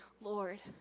Lord